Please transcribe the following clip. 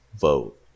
vote